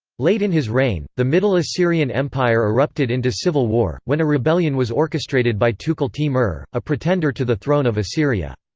late in his reign, the middle assyrian empire erupted into civil war, when a rebellion was orchestrated by tukulti-mer, a pretender to the throne of assyria.